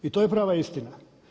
I to je prava istina.